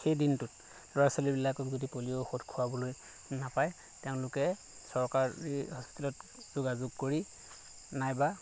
সেই দিনটোত ল'ৰা ছোৱালীবিলাকক যদি পলিঅ' ঔষধ খুৱাবলৈ নাপায় তেওঁলোকে চৰকাৰী হস্পিটেলত যোগাযোগ কৰি নাইবা